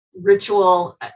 ritual